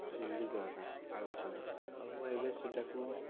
ସିଡ଼ି ଦ୍ୱାରା ଆଗକାଳରେ ଆଉ ଏବେ ସେଟାକୁ